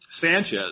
Sanchez